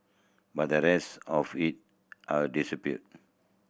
but the rest of it I've distributed